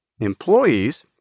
employees